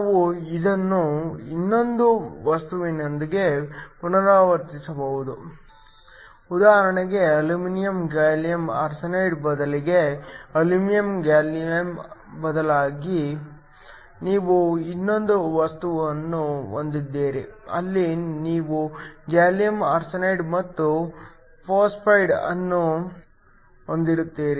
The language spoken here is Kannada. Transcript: ನಾವು ಇದನ್ನು ಇನ್ನೊಂದು ವಸ್ತುವಿನೊಂದಿಗೆ ಪುನರಾವರ್ತಿಸಬಹುದು ಉದಾಹರಣೆಗೆ ಅಲ್ಯೂಮಿನಿಯಂ ಗ್ಯಾಲಿಯಮ್ ಆರ್ಸೆನೈಡ್ ಬದಲಿಗೆ ಅಲ್ಯೂಮಿನಿಯಂ ಗ್ಯಾಲಿಯಂಗೆ ಬದಲಿಯಾಗಿ ನೀವು ಇನ್ನೊಂದು ವಸ್ತುವನ್ನು ಹೊಂದಿದ್ದೀರಿ ಅಲ್ಲಿ ನೀವು ಗ್ಯಾಲಿಯಂ ಆರ್ಸೆನೈಡ್ ಮತ್ತು ಫಾಸ್ಫೈಡ್ ಅನ್ನು ಹೊಂದಿರುತ್ತೀರಿ